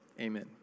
Amen